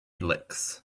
licks